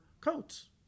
coats